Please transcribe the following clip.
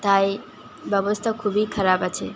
তাই ব্যবস্থা খুবই খারাপ আছে